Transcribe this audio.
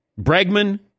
Bregman